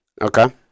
Okay